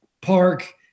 park